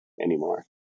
anymore